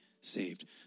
saved